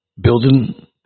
building